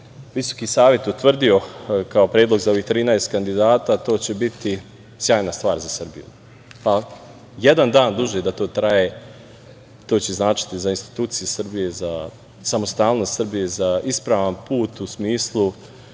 godine VSS utvrdio kao predlog za ovih 13 kandidata, to će biti sjajna stvar za Srbiju. Pa jedan dan duže da to traje, to će značiti za institucije Srbije, za samostalnost Srbije, za ispravan put u smislu